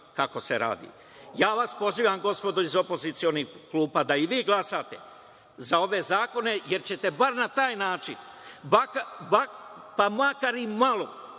kako se radi. Pozivam vas gospodo iz opozicionih klupa da i vi glasate za ove zakone, jer ćete bar na taj način, pa makar i malo,